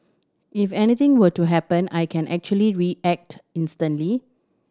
if anything were to happen I can actually react instantly